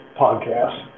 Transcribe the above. podcast